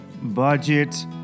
budget